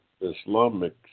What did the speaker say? Islamic